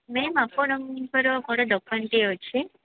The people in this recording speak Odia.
ମ୍ୟାମ୍ ଆପଣଙ୍କର କ'ଣ ଦୋକାନଟିଏ ଅଛି